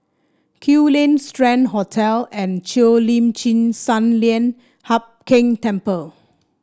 Kew Lane Strand Hotel and Cheo Lim Chin Sun Lian Hup Keng Temple